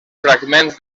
fragments